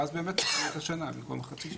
ואז באמת זה יוצא שנה במקום חצי שנה.